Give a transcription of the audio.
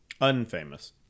Unfamous